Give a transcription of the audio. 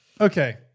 okay